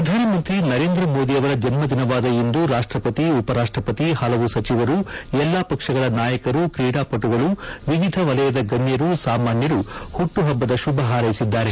ಪ್ರಧಾನಮಂತ್ರಿ ನರೇಂದ್ರ ಮೋದಿ ಅವರ ಜನ್ಮದಿನವಾದ ಇಂದು ರಾಷ್ಟಪತಿ ಉಪರಾಷ್ಟಪತಿ ಹಲವು ಸಚಿವರು ಎಲ್ಲಾ ಪಕ್ಷಗಳ ನಾಯಕರು ಕ್ರೀಡಾಪಟುಗಳು ವಿವಿಧ ವಲಯದ ಗಣ್ಯರು ಸಾಮಾನ್ಯರು ಹುಟ್ಟುಹಬ್ಬದ ಶುಭ ಹಾರೈಸಿದ್ದಾರೆ